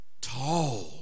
tall